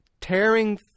tearing